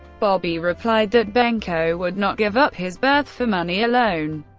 bobby replied that benko would not give up his berth for money alone.